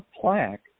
plaque